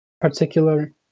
particular